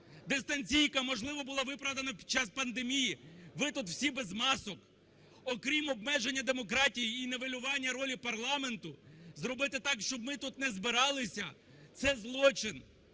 Дистанційка, можливо, була б виправдна під час пандемії. Ви тут всі без масок. Окрім обмеження демократії і нівелювання ролі парламенту зробити так, щоб ми тут не збиралися, це злочин,